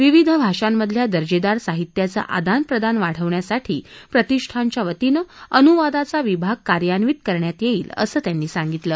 विविध भाषांमधल्या दर्जेदार साहित्याचं आदान प्रदान वाढवण्यासाठी प्रतिष्ठानच्या वतीनं अनुवादाचा विभाग कार्यान्वित करण्यात येईल असं त्यांनी सांगितलं